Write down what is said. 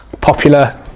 popular